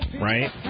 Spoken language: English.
right